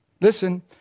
Listen